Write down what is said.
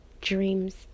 dreams